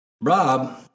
Rob